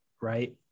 Right